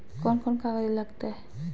कौन कौन कागज लग तय?